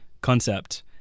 concept